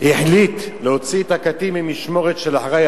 החליט להוציא את הקטין ממשמורת של אחראי